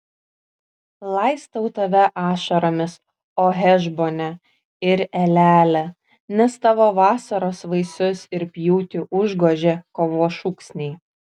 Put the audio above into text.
laistau tave ašaromis o hešbone ir eleale nes tavo vasaros vaisius ir pjūtį užgožė kovos šūksniai